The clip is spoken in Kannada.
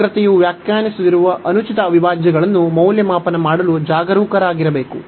ಸಮಗ್ರತೆಯು ವ್ಯಾಖ್ಯಾನಿಸದಿರುವ ಅನುಚಿತ ಅವಿಭಾಜ್ಯಗಳನ್ನು ಮೌಲ್ಯಮಾಪನ ಮಾಡಲು ಜಾಗರೂಕರಾಗಿರಬೇಕು